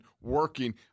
working